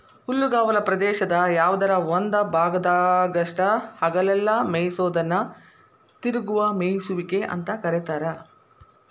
ಹುಲ್ಲುಗಾವಲ ಪ್ರದೇಶದ ಯಾವದರ ಒಂದ ಭಾಗದಾಗಷ್ಟ ಹಗಲೆಲ್ಲ ಮೇಯಿಸೋದನ್ನ ತಿರುಗುವ ಮೇಯಿಸುವಿಕೆ ಅಂತ ಕರೇತಾರ